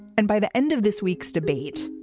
and by the end of this week's debate,